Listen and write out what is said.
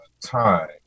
time